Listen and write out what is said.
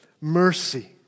mercy